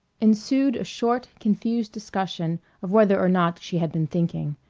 ensued a short confused discussion of whether or not she had been thinking.